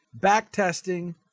Backtesting